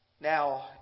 Now